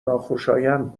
ناخوشایند